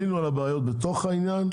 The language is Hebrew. עלינו על הבעיות בתוך העניין,